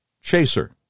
chaser